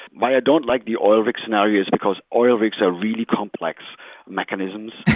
why i don't like the oil rig scenario is because oil rigs are really complex mechanisms.